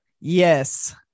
Yes